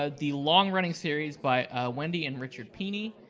ah the long running series by wendy and richard pini.